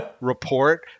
report